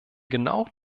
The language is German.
genau